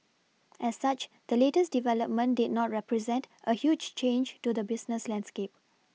as such the latest development did not represent a huge change to the business landscape